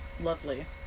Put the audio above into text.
Lovely